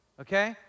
Okay